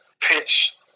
pitch